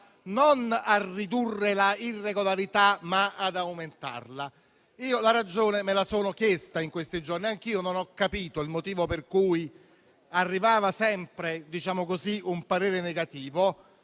non a ridurre l'irregolarità, ma ad aumentarla? La ragione me la sono chiesta, in questi giorni. Anche io non ho capito il motivo per cui arrivava sempre un parere negativo.